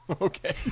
Okay